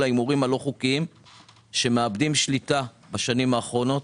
ההימורים הלא חוקיים שמאבדים שליטה בשנים האחרונות,